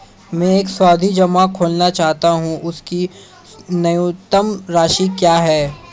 मैं एक सावधि जमा खोलना चाहता हूं इसकी न्यूनतम राशि क्या है?